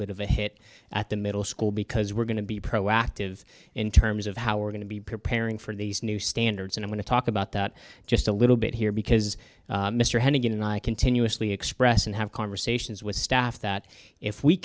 bit of a hit at the middle school because we're going to be proactive in terms of how we're going to be preparing for these new standards and i want to talk about that just a little bit here because mr hennig and i continuously express and have conversations with staff that if we